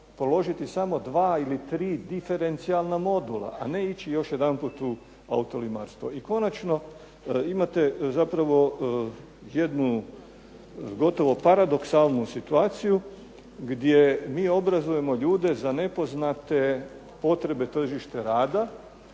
položiti samo 2 ili 3 diferencijalna modula, a ne ići još jedanput u autolimarstvo. I konačno imate zapravo jednu gotovo paradoksalnu situaciju gdje mi obrazujemo ljude za nepoznate potrebe tržišta rada